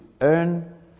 earn